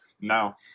Now